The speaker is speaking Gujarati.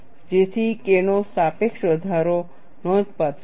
જેથી Kનો સાપેક્ષ વધારો નોંધપાત્ર છે